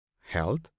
health